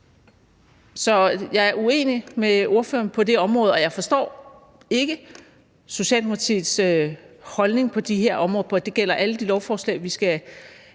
så jeg er uenig med ordføreren på det område. Og jeg forstår ikke Socialdemokratiets holdning på de her områder, og det gælder alle de lovforslag, vi skal